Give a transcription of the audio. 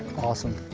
awesome.